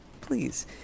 Please